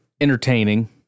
entertaining